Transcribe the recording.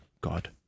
God